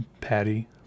patty